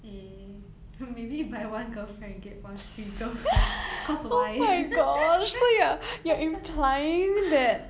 eh hmm maybe buy one girlfriend get one free girlfriend cause why